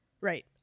Right